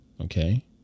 Okay